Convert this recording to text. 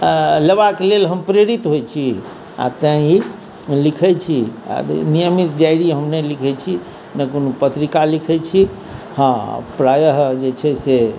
लेबाक लेल हम प्रेरित होइत छी आ तेँ ई लिखैत छी आर नियमित डायरी हम नहि लिखैत छी ने कोनो पत्रिका लिखैत छी हँ प्रायः जे छै से